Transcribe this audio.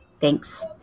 Thanks